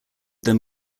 them